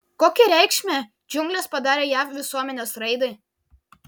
kokią reikšmę džiunglės padarė jav visuomenės raidai